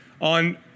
on